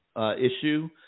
issue